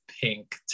pink